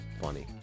funny